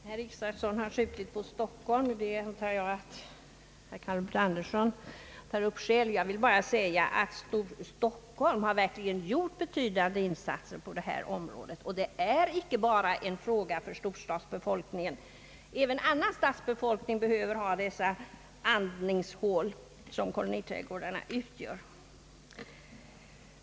Herr talman! Herr Isacson har skjutit på Stockholm. Det tror jag att herr Carl Albert Anderson själv bemöter. Jag vill bara säga att Stockholm verkligen har gjort betydande insatser på detta område. Det är verkligen inte bara en fråga för storstadsbefolkningen. Även annan stadsbefolkning behöver ha de andningshål som koloniträdgårdarna utgör.